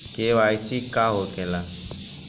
KYC का होखेला?